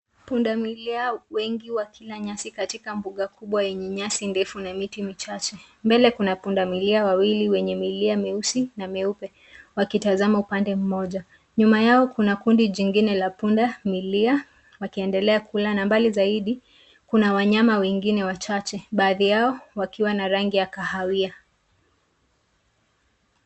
Punda milia wengi wako kwenye nyasi katika mbuga kubwa yenye nyasi ndefu na miti michache. Mbele kuna punda milia wawili wenye milia meusi na meupe, wakitazama upande mmoja. Nyuma yao kuna kundi jingine la punda milia likiendelea kula. Mbali zaidi, kuna wanyama wachache wengine, baadhi yao wakiwa na rangi ya kahawia.